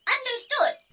Understood